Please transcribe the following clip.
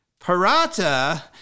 Parata